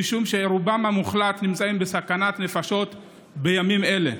משום שרובם המוחלט נמצאים בסכנת נפשות בימים אלו.